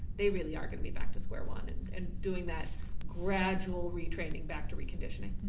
they really are gonna be back to square one and doing that gradual retraining back to reconditioning.